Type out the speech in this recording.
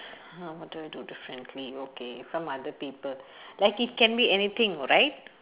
uh what do I do differently okay from other people like it can be anything right